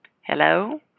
Hello